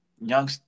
young